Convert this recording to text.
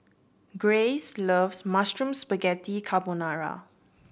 Grayce loves Mushroom Spaghetti Carbonara